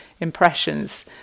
impressions